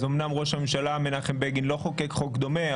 אז אומנם ראש הממשלה מנחם בגין לא חוקק חוק דומה,